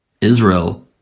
Israel